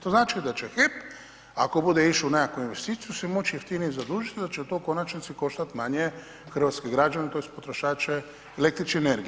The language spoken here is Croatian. To znači da će HEP ako bude išao u nekakvu investiciju se moći jeftinije zadužit da će to u konačnici koštat manje hrvatske građane tj. potrošače električne energije.